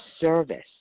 service